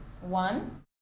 one